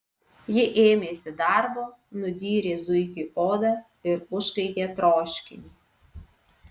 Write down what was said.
ji ėmėsi darbo nudyrė zuikiui odą ir užkaitė troškinį